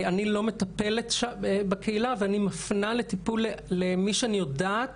אני לא מטפלת בקהילה ואני מפנה למי שאני יודעת